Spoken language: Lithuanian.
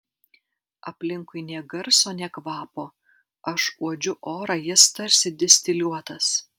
aplinkui nė garso nė kvapo aš uodžiu orą jis tarsi distiliuotas